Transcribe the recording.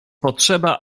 potrzeba